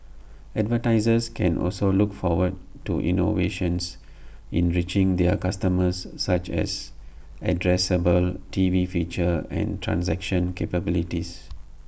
advertisers can also look forward to innovations in reaching their customers such as addressable T V features and transaction capabilities